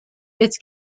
its